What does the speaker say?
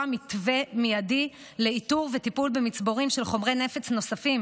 מתווה מיידי לאיתור ולטיפול במצבורים של חומרי נפץ נוספים,